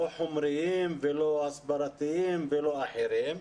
לא חומריים ולא הסברתיים ולא אחרים.